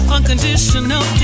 Unconditional